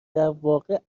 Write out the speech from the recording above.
درواقع